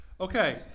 Okay